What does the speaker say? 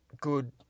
good